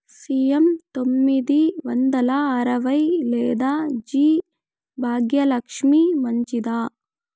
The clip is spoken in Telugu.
సి.ఎం తొమ్మిది వందల అరవై లేదా జి భాగ్యలక్ష్మి మంచిదా?